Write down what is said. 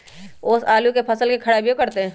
ओस आलू के फसल के खराबियों करतै?